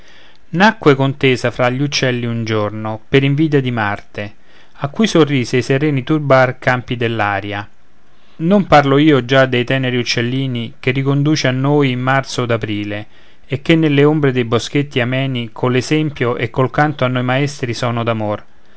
nacque contesa fra gli uccelli un giorno per invidia di marte a cui sorrise i sereni turbar campi dell'aria non parlo io già dei teneri uccellini che riconduce a noi marzo od aprile e che nelle ombre dei boschetti ameni coll'esempio e col canto a noi maestri sono